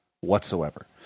whatsoever